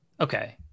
Okay